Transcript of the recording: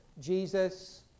Jesus